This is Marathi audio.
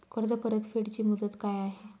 कर्ज परतफेड ची मुदत काय आहे?